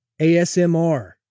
ASMR